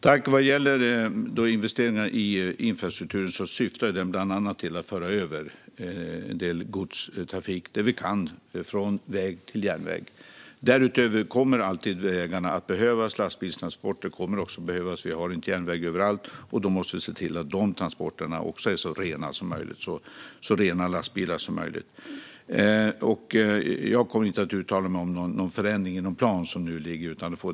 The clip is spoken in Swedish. Herr talman! Investeringarna i infrastrukturen syftar bland annat till att föra över så mycket godstrafik som vi kan från väg till järnväg. Därutöver kommer vägarna alltid att behövas. Lastbilstransporter kommer också att behövas, för vi har inte järnväg överallt, och då måste vi se till att de transporterna också är så rena som möjligt och att lastbilarna är så rena som möjligt. Jag kommer inte att uttala mig om någon förändring i den plan som nu föreligger.